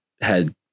had-